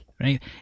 right